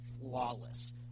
flawless